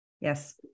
Yes